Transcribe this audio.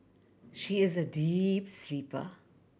she is a deep sleeper